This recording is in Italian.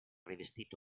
rivestito